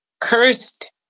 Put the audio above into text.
Cursed